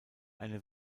eine